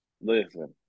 Listen